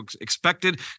expected